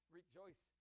rejoice